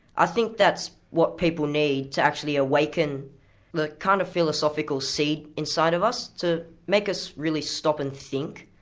i think that's what people need to actually awaken the kind of philosophical seed inside of us, to make us really stop and think.